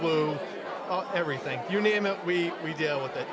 flu everything you name it we we deal with it